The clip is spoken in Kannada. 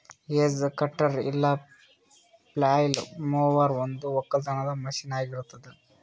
ಹೆಜ್ ಕಟರ್ ಇಲ್ಲ ಪ್ಲಾಯ್ಲ್ ಮೊವರ್ ಒಂದು ಒಕ್ಕಲತನದ ಮಷೀನ್ ಆಗಿರತ್ತುದ್